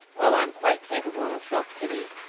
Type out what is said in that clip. oh, i'm quite capable of self-pity,